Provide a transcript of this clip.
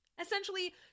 Essentially